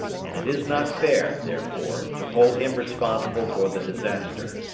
and it is not fair, therefore, to hold him responsible for the disaster.